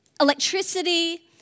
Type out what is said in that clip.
electricity